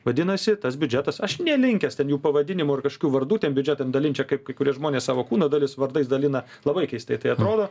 vadinasi tas biudžetas aš nelinkęs ten jų pavadinimų ar kažkokių vardų ten biudžetam dalint čia kaip kai kurie žmonės savo kūno dalis vardais dalina labai keistaitai atrodo